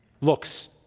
Looks